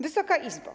Wysoka Izbo!